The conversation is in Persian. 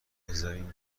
بذارین